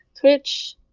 Twitch